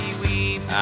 weep